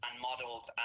models